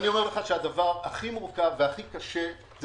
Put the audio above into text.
הדבר הכי מורכב וקשה זה